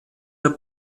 der